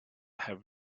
have